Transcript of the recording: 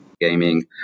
gaming